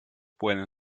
pueden